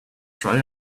try